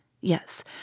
Yes